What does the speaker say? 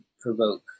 provoke